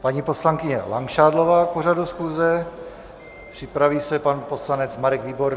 Paní poslankyně Langšádlová k pořadu schůze, připraví se pan poslanec Marek Výborný.